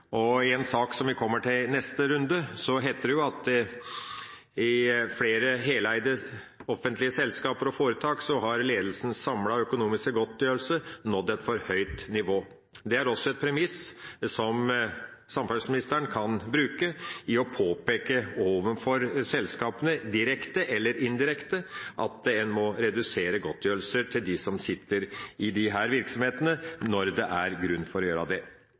media. I en sak som vi kommer til i neste runde, heter det at i flere heleide offentlige selskaper og foretak har ledelsens samlede økonomiske godtgjørelse nådd et for høyt nivå. Det er også et premiss som samferdselsministeren kan bruke til å påpeke overfor selskapene, direkte eller indirekte, at en må redusere godtgjørelser til dem som sitter i disse virksomhetene, når det er grunn til å gjøre det.